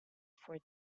for